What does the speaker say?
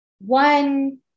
one